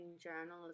journalism